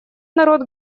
народ